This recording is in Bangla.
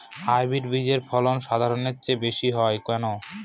হাইব্রিড বীজের ফলন সাধারণের চেয়ে বেশী হয় কেনো?